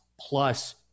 plus